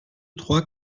trois